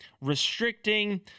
restricting